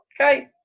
Okay